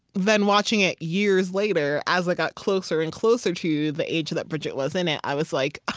then watching it years later, as i got closer and closer to the age that bridget was in it, i was like,